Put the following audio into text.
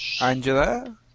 Angela